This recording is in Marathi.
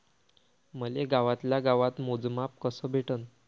मले गावातल्या गावात मोजमाप कस भेटन?